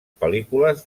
pel·lícules